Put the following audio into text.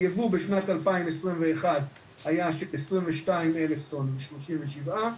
הייבוא בשנת 2021 היה של 22 אלף טון ו- 37 ק"ג